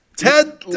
Ted